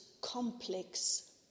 complex